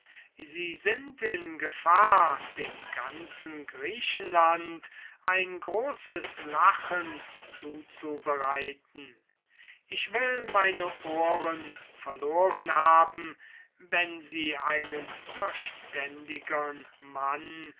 sie sind in gefahr dem ganzen griechenland ein großes lachen zuzubereiten ich will meine ohren verloren haben wenn sie einen verständigern mann